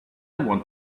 want